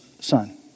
son